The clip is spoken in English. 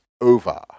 over